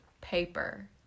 paper